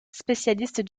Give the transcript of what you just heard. spécialiste